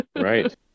Right